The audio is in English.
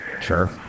Sure